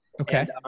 Okay